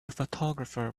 photographer